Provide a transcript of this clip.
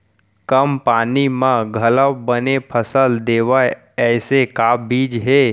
कम पानी मा घलव बने फसल देवय ऐसे का बीज हे?